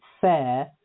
fair